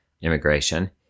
immigration